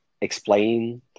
explain